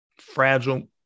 fragile